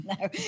No